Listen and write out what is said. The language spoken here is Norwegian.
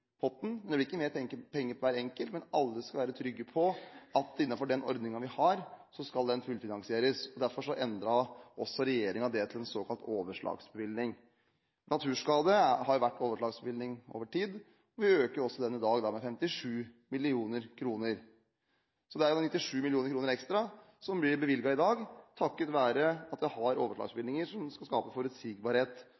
hver enkelt, men alle skal være trygge på at innenfor den ordningen vi har, skal dette fullfinansieres. Derfor endret også regjeringen det til en såkalt overslagsbevilgning. Naturskader har vært overslagsbevilgning over tid, og vi øker den i dag med 57 mill. kr. Så det er 97 mill. kr ekstra som blir bevilget i dag, takket være at vi har